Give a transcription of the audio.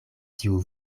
tiu